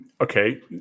Okay